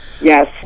Yes